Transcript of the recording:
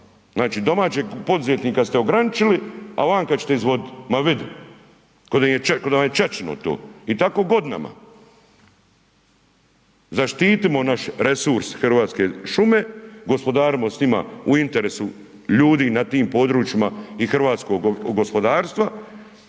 Znači domaćeg poduzetnika ste ograničili, a vanka ćete izvodit, ma vidi, koda vam je ćaćino to i tako godinama. Zaštitimo naš resurs Hrvatske šume, gospodarimo s njima u interesu ljudi na tim područjima i hrvatskog gospodarstva.